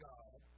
God